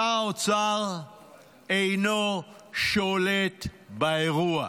שר האוצר אינו שולט באירוע.